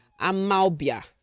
Amalbia